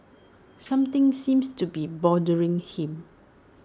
something seems to be bothering him